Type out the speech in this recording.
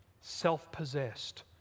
self-possessed